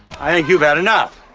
i think you've had enough.